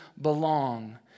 belong